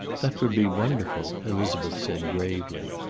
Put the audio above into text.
that would be wonderful, elizabeth said gravely.